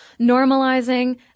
normalizing